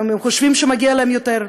חושבים שמגיע להם יותר.